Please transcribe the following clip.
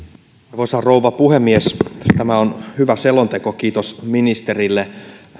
arvoisa rouva puhemies tämä on hyvä selonteko kiitos ministerille